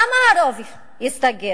למה הרוב יסתגר?